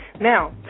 Now